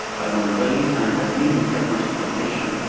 by monitoring and transmitting frequent information,